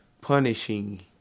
punishing